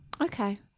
Okay